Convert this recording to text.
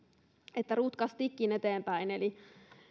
että rutkastikin eteenpäin eli